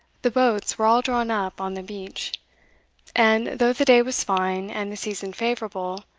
the boats were all drawn up on the beach and, though the day was fine, and the season favourable,